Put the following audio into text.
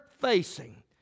facing